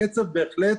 הקצב בהחלט